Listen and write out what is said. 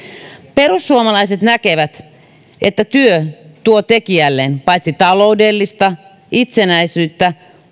perussuomalaiset näkevät että työ tuo tekijälleen paitsi taloudellista itsenäisyyttä